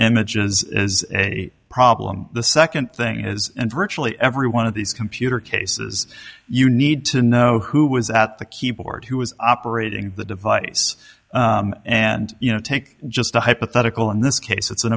images is a problem the second thing is and virtually every one of these computer cases you need to know who was at the keyboard who was operating the device and you know take just a hypothetical in this case it's an